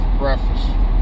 breakfast